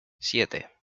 siete